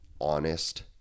honest